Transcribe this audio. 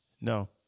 No